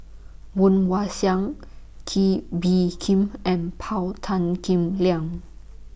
Woon Wah Siang Kee Bee Khim and Paul Tan Kim Liang